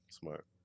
smart